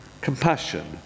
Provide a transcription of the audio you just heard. compassion